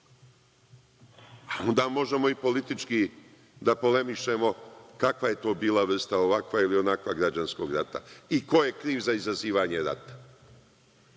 onda možemo i politički da polemišemo kakva je to bila vrsta, ovakva ili onakva, građanskog rata i ko je kriv za izazivanje rata.